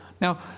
Now